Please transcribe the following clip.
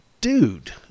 dude